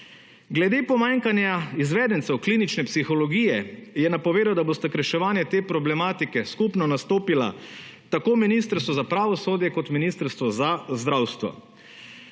Glede pomanjkanja izvedencev klinične psihologije je napovedal, da boste k reševanju te problematike skupno nastopila tako Ministrstvo za pravosodje kot Ministrstvo za zdravstvo.